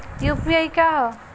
UPI का ह?